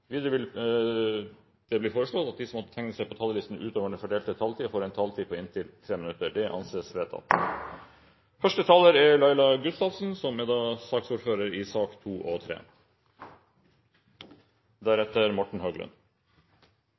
Videre blir det foreslått at de som måtte tegne seg på talerlisten utover fordelte taletid, får en taletid på inntil 3 minutter. – Det anses vedtatt. Denne debatten i dag foregår jo med et svært alvorlig bakteppe, nemlig en pågående gisselsituasjon i Algerie, og